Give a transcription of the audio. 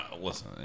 Listen